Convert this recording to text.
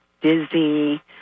dizzy